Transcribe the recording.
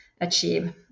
achieve